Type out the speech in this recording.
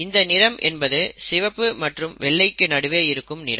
இந்த நிறம் என்பது சிவப்பு மற்றும் வெள்ளைக்கு நடுவே இருக்கும் நிறம்